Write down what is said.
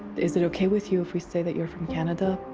is it okay with you if we say that you're from canada?